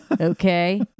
Okay